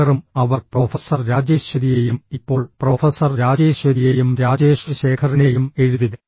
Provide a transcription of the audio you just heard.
ശേഖറും അവർ പ്രൊഫസർ രാജേശ്വരിയെയും ഇപ്പോൾ പ്രൊഫസർ രാജേശ്വരിയെയും രാജേഷ് ശേഖറിനെയും എഴുതി